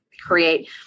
create